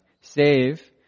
save